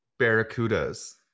Barracudas